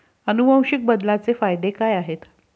अनुवांशिक बदलाचे फायदे काय आहेत?